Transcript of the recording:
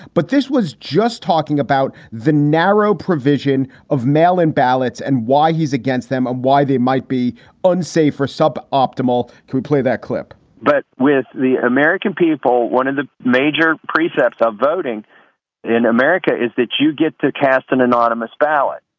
but this was just talking about the narrow provision of mail in ballots and why he's against them and why they might be unsafe for sub optimal to play that clip but with the american people, one of the major precepts of voting in america is that you get to cast an anonymous ballot,